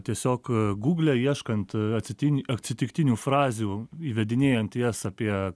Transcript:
tiesiog gūgle ieškant atsitin atsitiktinių frazių įvedinėjant jas apie